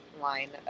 line